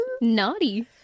naughty